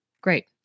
great